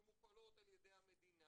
מופעלות על ידי המדינה,